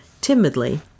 Timidly